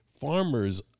Farmers